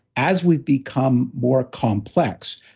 as we've become more complex,